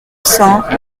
cents